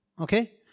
Okay